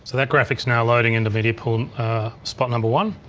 that graphic is now loading in the media pool spot number one,